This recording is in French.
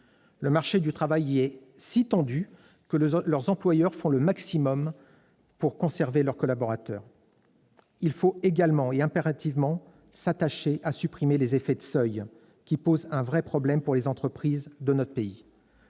Le marché du travail est si tendu dans ce pays que les employeurs font le maximum pour conserver leurs collaborateurs. Il faut également et impérativement s'attacher à supprimer les effets de seuils, qui posent un vrai problème aux entreprises de notre pays.